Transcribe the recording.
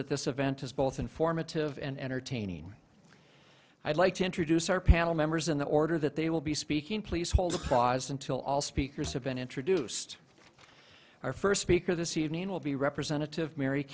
that this event is both informative and entertaining i'd like to introduce our panel members in the order that they will be speaking please hold applause until all speakers have been introduced our first speaker this evening will be representative mary